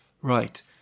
right